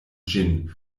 ĝin